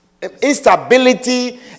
Instability